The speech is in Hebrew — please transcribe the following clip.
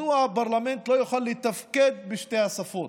מדוע הפרלמנט לא יכול לתפקד בשתי השפות?